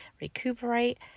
recuperate